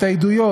את העדויות,